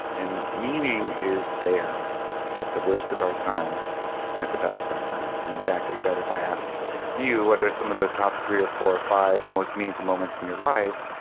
meaning is there at the worst of our times and at the best of our times. and in fact i bet if i asked you what are some of the top three or four or five most meaningful moments in your life,